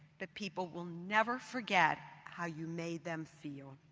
but people will never forget how you made them feel.